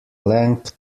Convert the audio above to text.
length